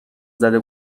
زده